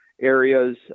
areas